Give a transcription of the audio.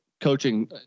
coaching